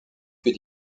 que